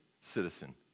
citizen